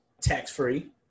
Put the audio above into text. tax-free